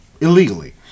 Illegally